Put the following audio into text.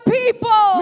people